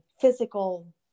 physical